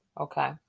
Okay